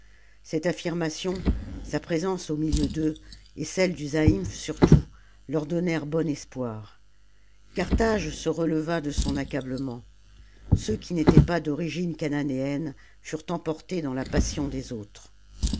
cette affirmation sa présence au milieu d'eux et celle du zaïmph surtout leur donnèrent bon espoir carthage se releva de son accablement ceux qui n'étaient pas d'origine chananéenne furent emportés dans la passion des autres